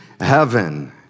heaven